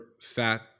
fat